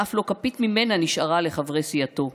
שאף לא כפית ממנה נשארה לחברי סיעתו,